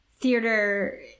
theater